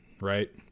Right